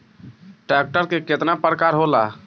Tractor के केतना प्रकार होला?